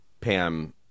Pam